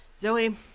Zoe